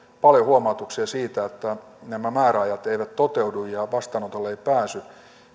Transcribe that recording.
paljon huomautuksia siitä että määräajat eivät toteudu ja vastaanotolle ei pääse